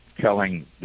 telling